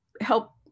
help